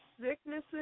sicknesses